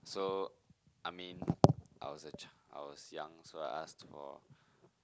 so I mean I was a chi~ I was young so I asked for